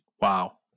Wow